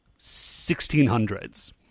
1600s